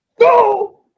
No